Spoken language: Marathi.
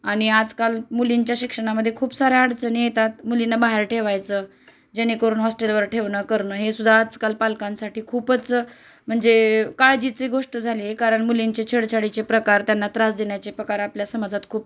आणि आजकाल मुलींच्या शिक्षणामध्ये खूप साऱ्या अडचणी येतात मुली बाहेर ठेवायचं जेणेकरून हॉस्टेलवर ठेवणं करणं हेसुद्धा आजकाल पालकांसाठी खूपच म्हणजे काळजीची गोष्ट झाली कारण मुलींचे छेडछाडीचे प्रकार त्यांना त्रास देण्याचे प्रकार आपल्या समाजात खूप